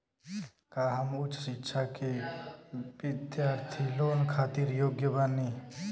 का हम उच्च शिक्षा के बिद्यार्थी लोन खातिर योग्य बानी?